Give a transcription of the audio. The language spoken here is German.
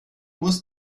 muss